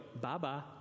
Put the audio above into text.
bye-bye